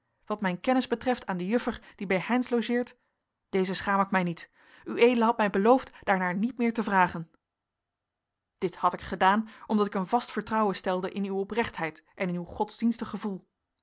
wat mijn kennis betreft aan de juffer die bij heynsz logeert deze schaam ik mij niet ued hadt mij beloofd daarnaar niet meer te vragen dit had ik gedaan omdat ik een vast vertrouwen stelde in uw oprechtheid en in uw godsdienstig gevoel